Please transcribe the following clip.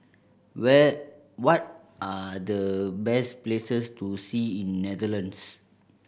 where what are the best places to see in Netherlands